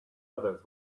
others